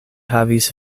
havis